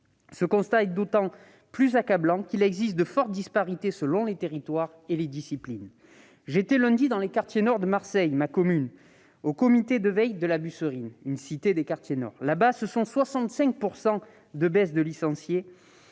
Ce constat est d'autant plus accablant qu'il existe de fortes disparités selon les territoires et les disciplines. J'étais lundi dernier dans les quartiers nord de Marseille, ma commune, au comité de veille de La Busserine. Là-bas, 65 % des licenciés